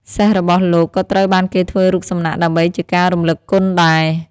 សេះរបស់លោកក៏ត្រូវបានគេធ្វើរូបសំណាកដើម្បីជាការរំលឹកគុណដែរ។